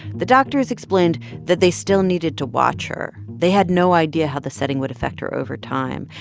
the doctors explained that they still needed to watch her. they had no idea how the setting would affect her over time.